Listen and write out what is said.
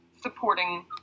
supporting